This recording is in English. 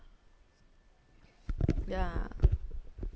yeah